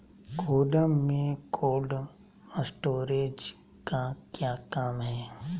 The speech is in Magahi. गोडम में कोल्ड स्टोरेज का क्या काम है?